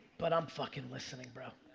but i'm fuckin' listening, bro.